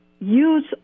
use